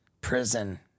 prison